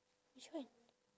which one